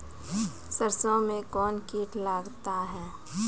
सरसों मे कौन कीट लगता हैं?